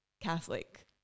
Catholic